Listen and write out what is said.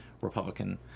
Republican